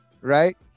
right